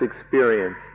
experience